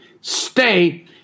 Stay